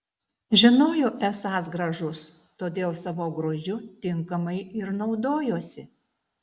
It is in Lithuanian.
žinojo esąs gražus todėl savo grožiu tinkamai ir naudojosi